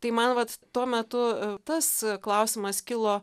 tai man vat tuo metu tas klausimas kilo